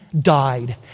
died